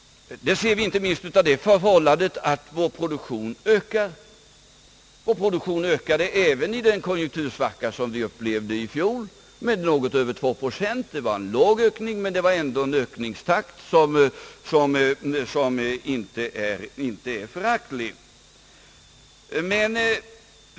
Det ser vi inte minst på det förhållandet, att vår produktion ökar. Vår produktion ökade även under den konjunktursvacka som vi upplevde i fjol med något över 2 procent. Det var en låg ökning, men det är ändå en ökningstakt som inte är föraktlig.